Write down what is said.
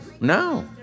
no